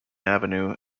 avenue